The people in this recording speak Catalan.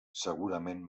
segurament